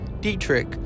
Dietrich